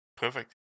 perfect